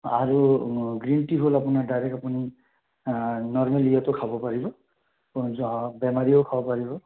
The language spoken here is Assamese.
আৰু গ্ৰীণ টি হ'ল আপোনাৰ ডাইৰেক্ট আপুনি নৰ্মেল হেৰিয়াতো খাব পাৰিব বেমাৰীও খাব পাৰিব